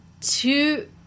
Two